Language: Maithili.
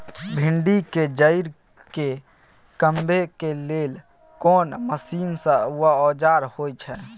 भिंडी के जईर के कमबै के लेल कोन मसीन व औजार होय छै?